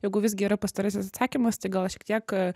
jeigu visgi yra pastarasis atsakymas tai gal šiek tiek